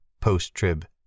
post-trib